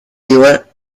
river